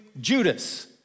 Judas